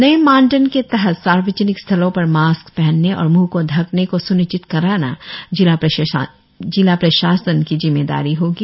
नए मानदंड के तहत सार्वजनिक स्थलो पर मास्क पहनने और म्ह को ढकने को स्निश्चित कराना जिला प्रशासन की जिम्मेदारी होगी